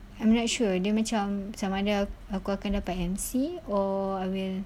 I'm not sure dia macam macam mana aku akan dapat M_C or I will